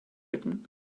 bitten